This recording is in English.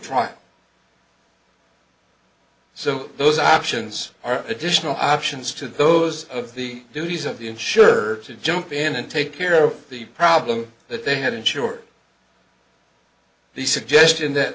trial so those options are additional options to those of the duties of the insured to jump in and take care of the problem that they had in short the suggestion that